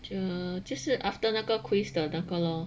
就就是 after 那个 quiz 的那个 lor